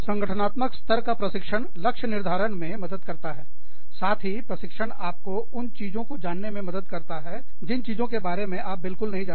संगठनात्मक स्तर का प्रशिक्षण लक्ष्य निर्धारण में मदद करता है साथ ही प्रशिक्षण आपको उन चीजों को जानने में मदद करता हैजिन चीजों के बारे में आप बिल्कुल नहीं जानते